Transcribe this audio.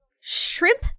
shrimp